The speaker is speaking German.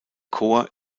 chor